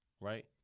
right